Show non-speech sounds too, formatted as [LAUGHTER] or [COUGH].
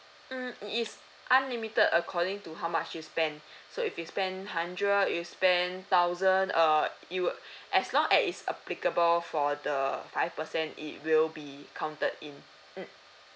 mm it is unlimited according to how much you spend [BREATH] so if you spend hundred you spend thousand err it would [BREATH] as long as it's applicable for the five percent it will be counted in mm